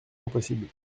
impossible